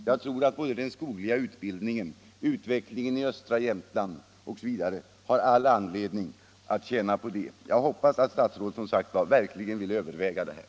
Jag tror att den skogliga utbildningen och utvecklingen i östra Jämtland skulle tjäna på det. Jag hoppas, som sagt, att statsrådet verkligen vill överväga detta. Om åtgärder för att avskaffa påminnelser om att Sverige är en monarki